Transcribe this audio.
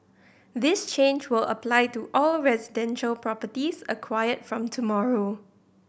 this change will apply to all residential properties acquired from tomorrow